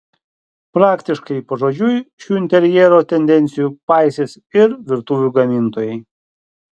praktiškai pažodžiui šių interjero tendencijų paisys ir virtuvių gamintojai